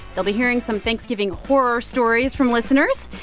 they'll be hearing some thanksgiving horror stories from listeners.